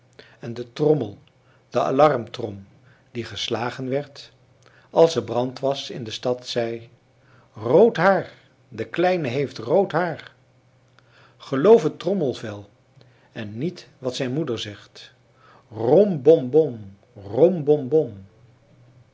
en de trommel de alarmtrom die geslagen werd als er brand was in de stad zei rood haar de kleine heeft rood haar geloof het trommelvel en niet wat zijn moeder zegt